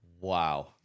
Wow